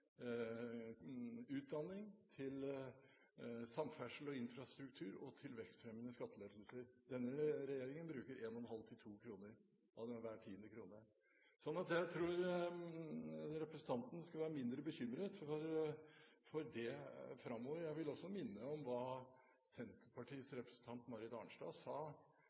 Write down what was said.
utdanning, til samferdsel og infrastruktur og til vekstfremmende skattelettelser. Denne regjeringen bruker en og en halv til to av hver tiende krone. Så jeg tror representanten skal være mindre bekymret for dette framover. Jeg vil også minne om hva Senterpartiets representant Marit Arnstad sa